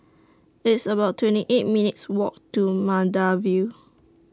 It's about twenty eight minutes' Walk to Maida Vale